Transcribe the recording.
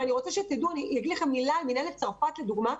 אני אגיד לכם מילה על מינהלת צרפת לדוגמה,